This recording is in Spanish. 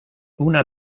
una